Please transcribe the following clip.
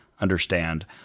understand